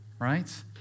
right